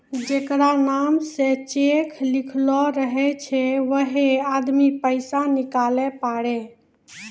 जेकरा नाम से चेक लिखलो रहै छै वैहै आदमी पैसा निकालै पारै